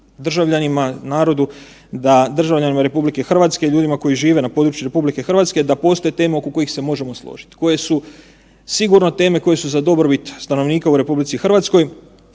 državljanima, narodu da, državljanima RH, ljudima koji žive na području RH da postoje teme oko kojih se možemo složit, koje su sigurno teme koje su za dobrobit stanovnika u RH i koje